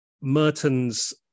Merton's